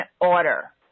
order